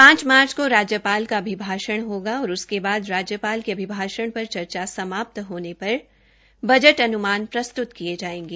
पांच मार्च को राज्यपाल के अभिभाषण होगा और उसके बाद राज्यपाल के अभिभाषण पर चर्चा समाप्त हाने पर बजट अन्मान प्रस्तृत किये जायेंगे